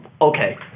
Okay